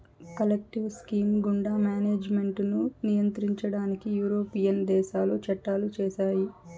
collective scheme గుండా management ను నియంత్రించడానికి యూరోపియన్ దేశాలు చట్టాలు చేశాయి